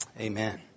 Amen